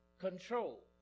control